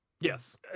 Yes